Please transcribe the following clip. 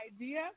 idea